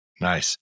Nice